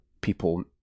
people